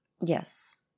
Yes